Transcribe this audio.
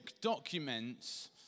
documents